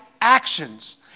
actions